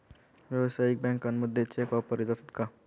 व्यावसायिक बँकांमध्ये चेक वापरले जातात का?